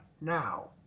now